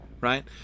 right